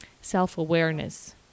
self-awareness